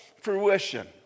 fruition